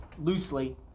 loosely